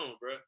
bro